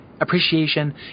appreciation